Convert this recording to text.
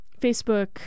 Facebook